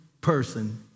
person